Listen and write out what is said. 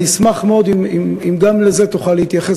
אני אשמח מאוד אם גם לזה תוכל להתייחס